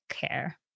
care